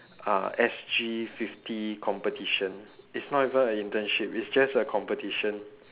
uh S_G fifty competition it's not even an internship it's just a competition